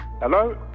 Hello